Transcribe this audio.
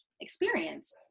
experience